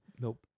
Nope